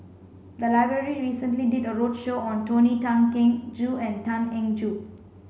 the library recently did a roadshow on Tony Tan Keng Joo and Tan Eng Joo